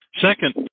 Second